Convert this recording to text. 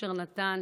אשר נתן